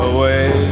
Away